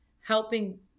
helping